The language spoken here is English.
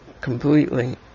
completely